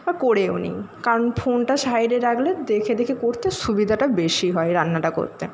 করেও নিই কারণ ফোনটা সাইডে রাখলে দেখে দেখে করতে সুবিধাটা বেশি হয় রান্নাটা করতে